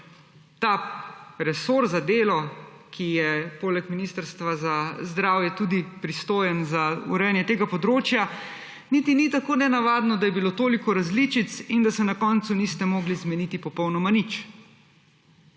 resor za delo, ki je poleg Ministrstva za zdravje tudi pristojen za urejanje tega področja, niti ni tako nenavadno, da je bilo toliko različic in da se na koncu niste mogli zmeniti popolnoma nič.